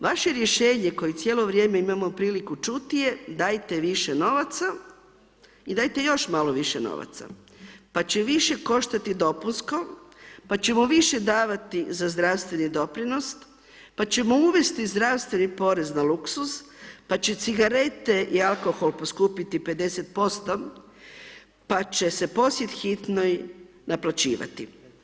Vaše rješenje koje cijelo vrijeme imamo priliku čuti je dajte više novaca i dajte još malo više novaca, pa će više koštati dopunsko, pa ćemo više davati za zdravstveni doprinos, pa ćemo uvesti zdravstveni porez na luksuz, pa će cigarete i alkohol poskupiti 50%, pa će se posjet Hitnoj naplaćivati.